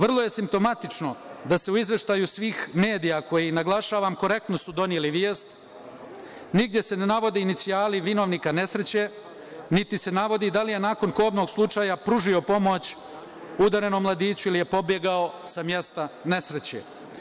Vrlo je simptomatično da se u izveštaju svih medija, koji, naglašavam, korektno su doneli vest, nigde se ne navode inicijali vinovnika nesreće, niti se navodi da li je nakon kobnog slučaja pružio pomoć udarenom mladiću ili je pobegao sa mesta nesreće.